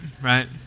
Right